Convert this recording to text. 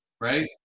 right